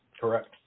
Correct